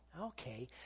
okay